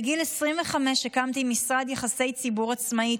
בגיל 25 הקמתי משרד יחסי ציבור עצמאי,